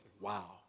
Wow